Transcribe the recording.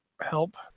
help